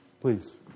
please